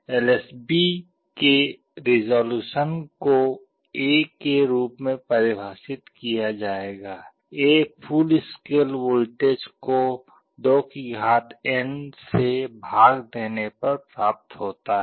LSB के resolution को A के रूप में परिभाषित किया जाएगा A फुल स्केल वोल्टेज को 2n से भाग देने पर प्राप्त होता है